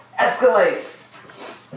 escalates